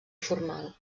formal